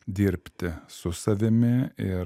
dirbti su savimi ir